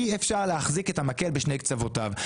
אי אפשר להחזיק את המקל בשני קצותיו.